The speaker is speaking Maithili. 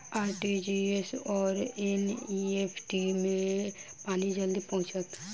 आर.टी.जी.एस आओर एन.ई.एफ.टी मे केँ मे पानि जल्दी पहुँचत